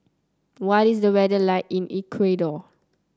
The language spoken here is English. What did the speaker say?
what is the weather like in Ecuador